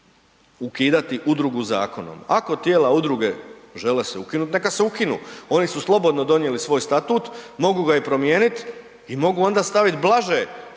ukidati udrugu zakonom. Ako tijela udruge žele se ukinuti neka se ukinu, oni su slobodno donijeli svoj statut, mogu ga i promijeniti i mogu onda staviti blaže